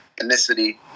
ethnicity